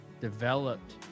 developed